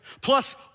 Plus